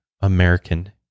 American